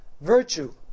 Virtue